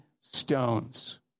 stones